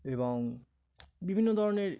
এবং বিভিন্ন ধরনের